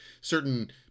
certain